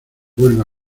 vuelve